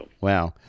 Wow